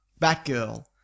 Batgirl